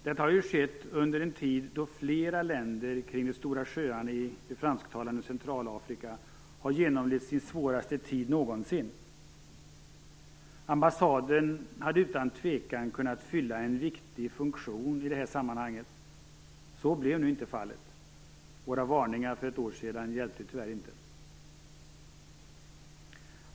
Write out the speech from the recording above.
Detta har ju skett under en tid då flera länder kring de stora sjöarna i det fransktalande Centralafrika har genomlevt sin svåraste tid någonsin. Ambassaden hade utan tvekan kunnat fylla en viktig funktion i detta sammanhang. Så blev nu inte fallet. Våra varningar för ett år sedan hjälpte tyvärr inte.